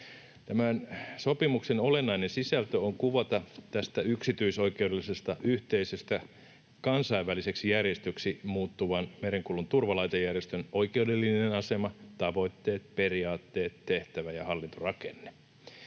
Tämän sopimuksen olennainen sisältö on kuvata tästä yksityisoikeudellisesta, yhteisestä, kansainväliseksi järjestöksi muuttuvan merenkulun turvalaitejärjestön oikeudellinen asema, tavoitteet, periaatteet, tehtävä ja hallintorakenne.